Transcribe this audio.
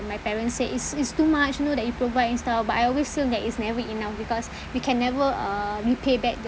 my parents said it's it's too much you know that you provide and stuff but I always say it's never enough because we can never uh repay back the